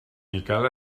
miquel